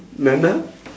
nana